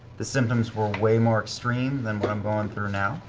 the symptoms were way more extreme than what i'm going through now,